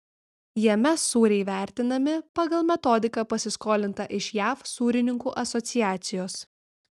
jame sūriai vertinami pagal metodiką pasiskolintą iš jav sūrininkų asociacijos